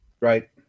right